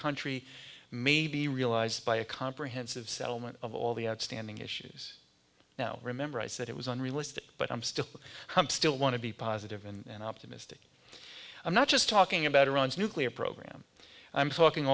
country may be realized by a comprehensive settlement of all the outstanding issues now remember i said it was unrealistic but i'm still to come still want to be positive and optimistic i'm not just talking about iran's nuclear program i'm talking